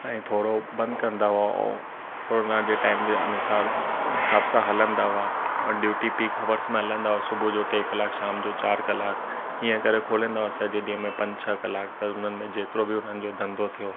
ऐं थोरो बंदि कंदा हुआ ऐं कोरोना जे टाइम जे अनुसार हिसाब सां हलंदा हुआ ऐं ड्यूटी पीक हवर्स में हलंदा हुआ सुबुह जो टे कलाक शाम जो चारि कलाक हीअं करे खोलंदा हुआ सॼे ॾींहं में पंज छह कलाक त उन्हनि में जेतिरो बि हुननि जो धंधो थियो